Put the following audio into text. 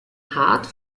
hart